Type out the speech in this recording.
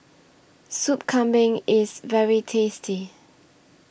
Soup Kambing IS very tasty